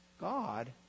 God